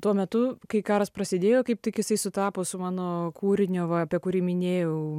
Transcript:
tuo metu kai karas prasidėjo kaip tik jisai sutapo su mano kūrinio va apie kurį minėjau